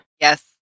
Yes